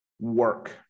work